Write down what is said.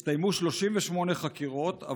הסתיימו 38 חקירות,